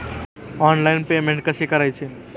Online payment कसे करायचे?